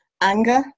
anger